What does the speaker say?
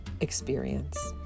experience